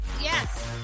Yes